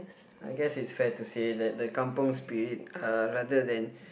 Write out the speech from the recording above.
I guess it's fair to say that the kampung Spirit uh rather than